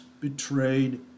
betrayed